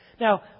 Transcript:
Now